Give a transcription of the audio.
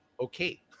okay